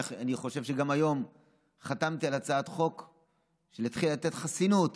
אני חושב שהיום חתמתי על הצעת חוק של להתחיל לתת חסינות